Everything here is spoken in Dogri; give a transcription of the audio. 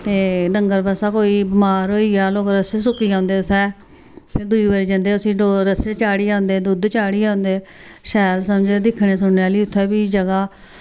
ते डंगर बस्सा कोई बमार होई जा लोग रस्से सुक्खी औंदे उ'त्थें दूई बारी जंदे उसी डोर रस्सी चाढ़ी औंदे दुद्ध चाढ़ी औंदे शैल समझो दिक्खने सुनने आह्ली उ'त्थें बी जगह्